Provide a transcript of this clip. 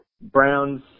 Browns